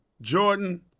Jordan